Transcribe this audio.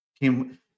came